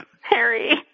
Harry